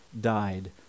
died